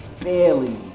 barely